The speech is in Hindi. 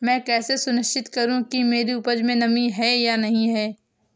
मैं कैसे सुनिश्चित करूँ कि मेरी उपज में नमी है या नहीं है?